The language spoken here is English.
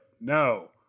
no